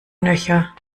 nöcher